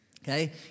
Okay